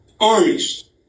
armies